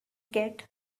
get